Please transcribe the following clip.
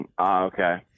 Okay